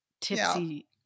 tipsy